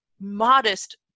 modest